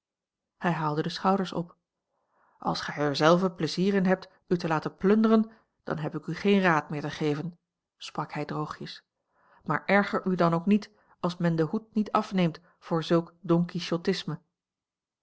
hij haalde de schouders op als gij er zelve pleizier in hebt u te laten plunderen dan heb ik u geen raad meer te geven sprak hij droogjes maar erger u dan ook niet als men den hoed niet afneemt voor zulk don quichotisme